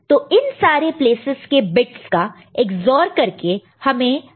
तो इन सारे प्लेसेस के बिट्स का EX OR करके हमें P1 मिलेगा